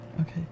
Okay